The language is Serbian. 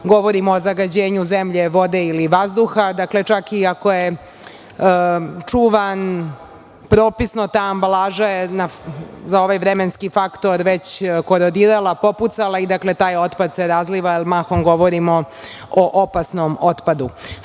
govorimo o zagađenju zemlje, vode ili vazduha. Dakle, čak i ako je čuvan propisno, ta ambalaža je za ovaj vremenski faktor već korodirala, popucala i taj otpad se razliva, jer mahom govorimo o opasnom otpadu. Stoga,